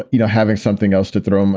you know, having something else to throw, um